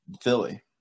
Philly